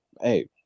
Hey